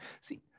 See